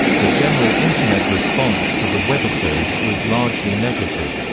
the general internet response to the webisodes was largely negative.